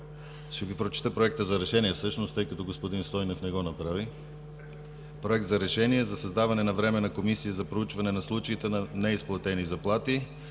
Ще Ви прочета Проекта за решение, тъй като господин Стойнев не го направи: „Проект РЕШЕНИЕ за създаване на Временна комисия за проучване на случаите на неизплатени заплати